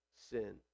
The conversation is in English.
sin